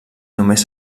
només